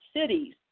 cities